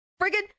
friggin